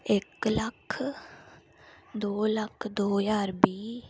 इक लक्ख दौ लक्ख दौ ज्हार बीह्